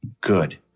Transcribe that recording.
good